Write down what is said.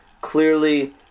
Clearly